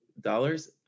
dollars